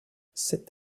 cet